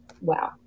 wow